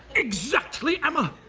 exactly emma!